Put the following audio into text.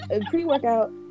pre-workout